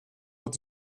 ett